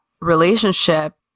relationship